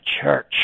church